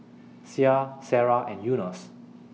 Syah Sarah and Yunos